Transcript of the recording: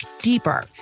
deeper